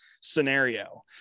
scenario